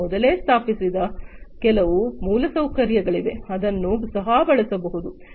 ಮತ್ತು ಮೊದಲೇ ಸ್ಥಾಪಿಸಲಾದ ಕೆಲವು ಮೂಲಸೌಕರ್ಯಗಳಿವೆ ಅದನ್ನು ಸಹ ಬಳಸಬಹುದು